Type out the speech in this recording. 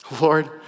Lord